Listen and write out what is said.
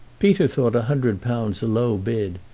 peter thought a hundred pounds a low bid,